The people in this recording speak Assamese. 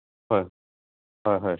হয় হয় হয়